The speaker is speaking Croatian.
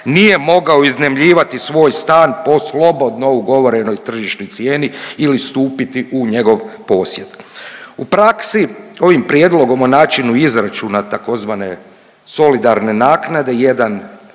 nije mogao iznajmljivati svoj stan po slobodno ugovorenoj tržišnoj cijeni ili stupiti u njegov posjed. U praksi ovim prijedlogom o načinu izračuna tzv. solidarne naknade, 1 euro